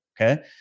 okay